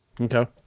okay